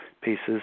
pieces